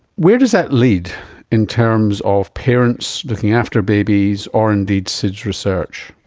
where do is that lead in terms of parents looking after babies or indeed sids research?